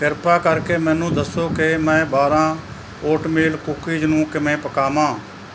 ਕਿਰਪਾ ਕਰਕੇ ਮੈਨੂੰ ਦੱਸੋ ਕਿ ਮੈਂ ਬਾਰ੍ਹਾਂ ਓਟਮੀਲ ਕੂਕੀਜ਼ ਨੂੰ ਕਿਵੇਂ ਪਕਾਵਾਂ